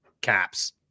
Caps